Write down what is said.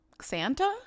Santa